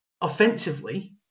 offensively